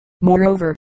moreover